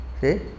See